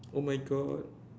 oh my God